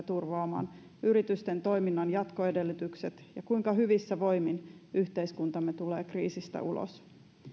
turvaamaan yritysten toiminnan jatkoedellytykset ja kuinka hyvissä voimin yhteiskuntamme tulee kriisistä ulos